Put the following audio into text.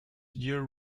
year